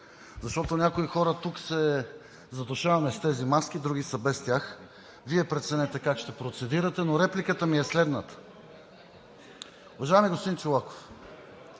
защото някои хора тук се задушаваме с тези маски, а други са без тях. Вие преценете как ще процедирате. Репликата ми е следната. Уважаеми господин Чолаков,